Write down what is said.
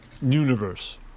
universe